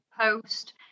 Post